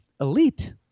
Elite